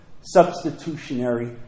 substitutionary